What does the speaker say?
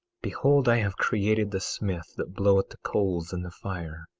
behold, i have created the smith that bloweth the coals in the fire,